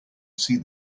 see